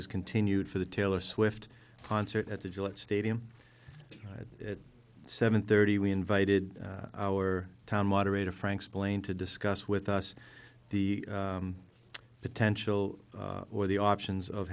is continued for the taylor swift concert at the gillette stadium at seven thirty we invited our tom moderator frank splaying to discuss with us the potential or the options of